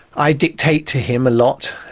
i dictate to him a lot,